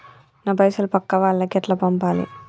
నా పైసలు పక్కా వాళ్లకి ఎట్లా పంపాలి?